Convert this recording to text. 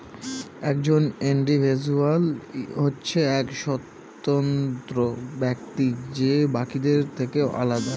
একজন ইন্ডিভিজুয়াল হচ্ছে এক স্বতন্ত্র ব্যক্তি যে বাকিদের থেকে আলাদা